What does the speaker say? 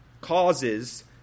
causes